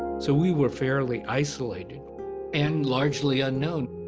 so we were fairly isolated and largely unknown.